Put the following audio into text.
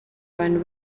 abantu